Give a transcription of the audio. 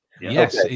Yes